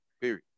Period